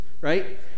right